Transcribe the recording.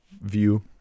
view